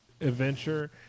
Adventure